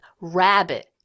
rabbit